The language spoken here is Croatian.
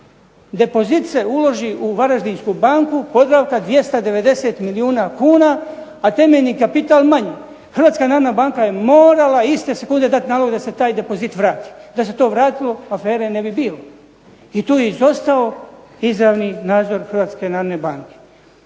Depozit se uloži u Varaždinsku banku, Podravka 290 milijuna kuna a temeljni kapital manji. Hrvatska narodna banka je morala iste sekunde dati nalog da se taj depozit vrati. Da se to vratilo afere ne bi bilo. I tu je izostao izravni nadzor Hrvatske narodne banke.